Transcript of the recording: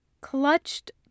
clutched